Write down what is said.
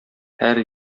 һәр